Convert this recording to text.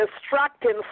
distracting